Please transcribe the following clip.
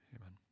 amen